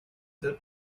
ser